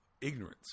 ignorance